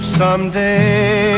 someday